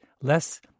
less